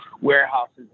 warehouses